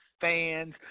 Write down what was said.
fans